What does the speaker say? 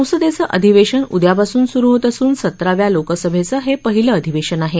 संसदेचं अधिवेशन उद्यापासून सुरु होत असून सतराव्या लोकसभेचं हे पहिलं अधिवेशन आहे